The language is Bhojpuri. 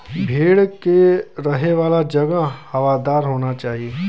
भेड़ के रहे वाला जगह हवादार होना चाही